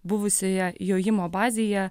buvusioje jojimo bazėje